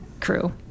Crew